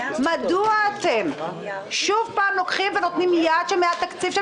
מדוע אתם שוב פעם נותנים יד לזה שמהתקציב של